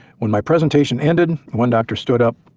when my presentation ended one doctor stood up,